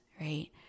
right